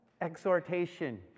exhortation